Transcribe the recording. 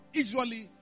usually